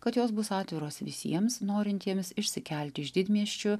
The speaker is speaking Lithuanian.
kad jos bus atviros visiems norintiems išsikelt iš didmiesčių